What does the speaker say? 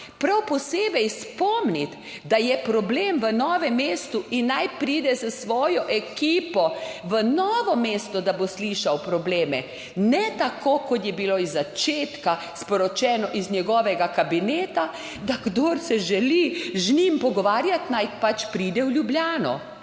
prav posebej spomniti, da je problem v Novem mestu in naj pride s svojo ekipo v Novo mesto, da bo slišal probleme. Ne tako, kot je bilo iz začetka sporočeno iz njegovega kabineta, da kdor se želi z njim pogovarjati, naj pač pride v Ljubljano.